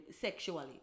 sexually